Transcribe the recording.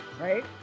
right